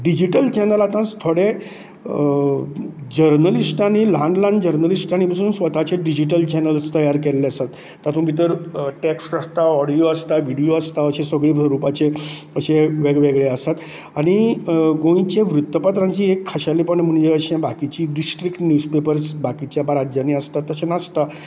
digital channels आता थोडे जर्नलिस्टानीं ल्हान ल्हान जर्नलिस्टांनी पसून स्वताचे डिजीटल चेनल्स तयार केल्ले आसात तातूंत भितर टॅक्स्ट आसता ऑडियो आसता व्हिडियो आसता अशें सगळ्यो स्वरुपाचें अशें वेगवेगळें आसात आनी गोंयच्या वृत्तपत्रांचें एक खाशेलपण म्हणजे बाकिची डिस्ट्रिक्ट निवज पेपर्स बाकिच्या राज्यांनी जे आसता तशें नासता